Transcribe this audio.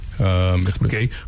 Okay